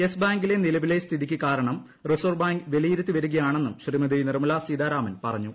yes ബാങ്കിലെ നിലവിലെ സ്ഥിതിയ്ക്ക് കാരണം റിസർവ്വ് ബാങ്ക് വിലയിരുത്തി വരികയാണെന്നും ശ്രീമതി നിർമ്മലാ സീതാരാമൻ പറഞ്ഞു